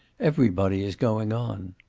everybody is going on.